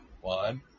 One